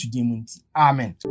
Amen